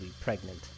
pregnant